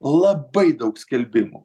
labai daug skelbimų